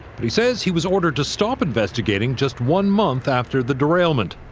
but he says he was ordered to stop investigating just one month after the derailment.